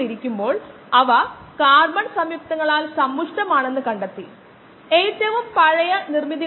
water ടാങ്കറിന്റെ സാധാരണ വലുപ്പം ഏകദേശം 12000 ലിറ്റർ ആകട്ടെ ഇതാണ് ഇവിടെ ഒരു വാട്ടർ ടാങ്കറിന്റെ പ്രാതിനിധ്യം